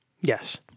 Yes